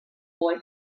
boy